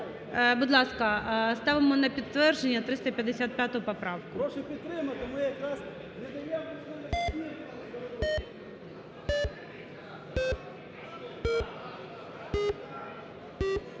Будь ласка, ставимо на підтвердження 355 поправку.